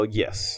yes